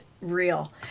real